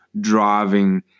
driving